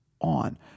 on